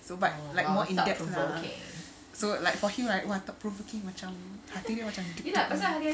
so but like more in depth lah so like for him like want to provoking macam hati dia macam dup dup